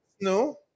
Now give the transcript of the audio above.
No